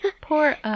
Poor